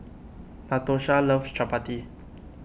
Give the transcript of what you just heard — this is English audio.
Natosha loves Chappati